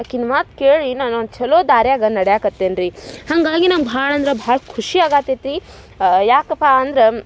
ಆಕಿನ ಮಾತು ಕೇಳಿ ನಾನು ಒಂದು ಛಲೋ ದಾರ್ಯಾಗ ನಡ್ಯಾಕತ್ತೇನೆ ರೀ ಹಾಗಾಗಿ ನಂಗೆ ಭಾಳ ಅಂದ್ರ ಭಾಳ ಖುಷಿ ಆಗತೈತೆ ರೀ ಯಾಕಪ್ಪ ಅಂದ್ರ